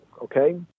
okay